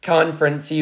Conference